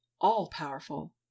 all-powerful